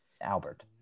albert